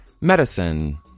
medicine